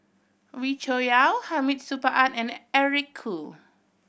Wee Cho Yaw Hamid Supaat and Eric Khoo